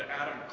Adam